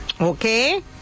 Okay